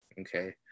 okay